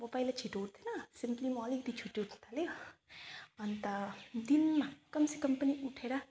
अब पहिला छिटो उठ्थिनँ सिम्पली म अलिकति छिटो उठ्नु थालेँ अन्त दिनमा कम से कम पनि उठेर